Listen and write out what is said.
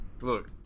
Look